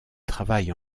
travaille